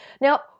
Now